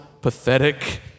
pathetic